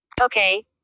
Okay